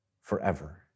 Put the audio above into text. forever